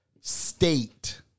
state